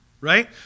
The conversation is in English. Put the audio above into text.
Right